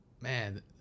man